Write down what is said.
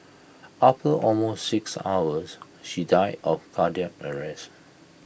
after almost six hours she died of cardiac arrest